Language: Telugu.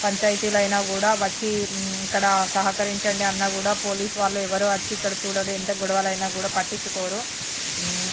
పంచాయతీలైనా కూడా వచ్చి ఇక్కడ సహకరించండి అన్న కూడా పోలీసు వాళ్ళు ఎవరు వచ్చి ఇక్కడ చూడరు ఎంత గొడవలు అయినా కూడా వచ్చి పట్టించుకోరు